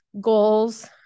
goals